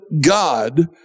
God